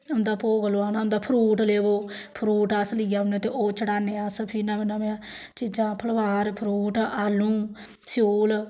उं'दा भोग लोआना होंदा फ्रूट लेई आओ फ्रूट अस लेई औने ते ओह् चढ़ान्नें अस नमें नमें चीजां फलोहार फ्रूट आलू स्यूल